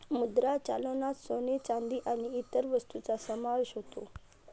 मुद्रा चलनात सोने, चांदी आणि इतर वस्तूंचा समावेश होतो